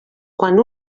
quan